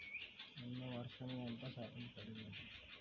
నిన్న వర్షము ఎంత శాతము పడినది?